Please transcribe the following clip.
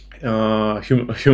human